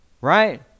Right